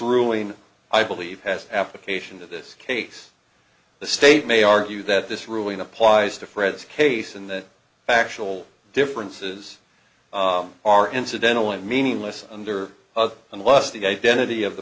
ruling i believe has application to this case the state may argue that this ruling applies to fred's case and that factual differences are incidental and meaningless under the unless the identity of the